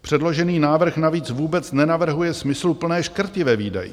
Předložený návrh navíc vůbec nenavrhuje smysluplné škrty ve výdajích.